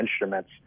instruments